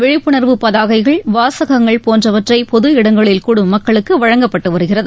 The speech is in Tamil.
விழிப்புணர்வு பதாகைகள் வாசகங்கள் போன்றவற்றை பொது இடங்களில் கூடும் மக்களுக்கு வழங்கப்பட்டு வருகிறது